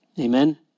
Amen